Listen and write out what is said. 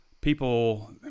People